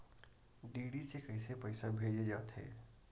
DD से कइसे पईसा भेजे जाथे?